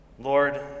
Lord